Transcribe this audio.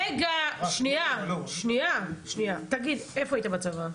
תגיד, איפה היית בצבא?